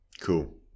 Cool